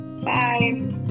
Bye